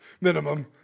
minimum